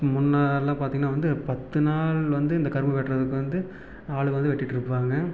முன்னெல்லாம் பார்த்திங்கன்னா வந்து பத்து நாள் வந்து இந்த கரும்பு வெட்டுறதுக்கு வந்து ஆளுக வந்து வெட்டிட்டுருப்பாங்க